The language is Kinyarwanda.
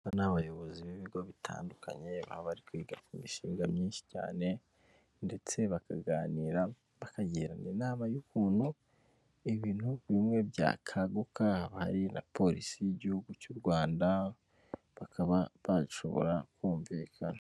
Aba ni abayobozi b'ibigo bitandukanye baba bari kwiga mishinga myinshi cyane, ndetse bakaganira bakagirana inama y'ukuntu ibintu bimwe byakanguka, haba hari na polisi y'igihugu cy'u Rwanda bakaba bashobora kumvikana.